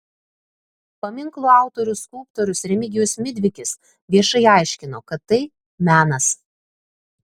paminklo autorius skulptorius remigijus midvikis viešai aiškino kad tai menas